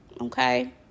Okay